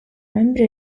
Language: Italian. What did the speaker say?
membri